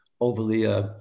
overly